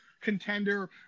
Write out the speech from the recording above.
contender